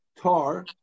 tar